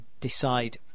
decide